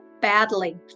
badly